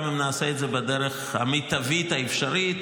גם אם נעשה את זה בדרך המיטבית האפשרית,